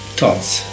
thoughts